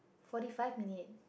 forty five minutes